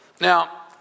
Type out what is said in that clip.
now